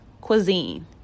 cuisine